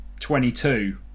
22